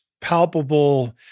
palpable